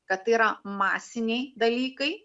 kad tai yra masiniai dalykai